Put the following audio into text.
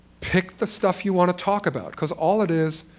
pick the stuff you want to talk about. because all it is,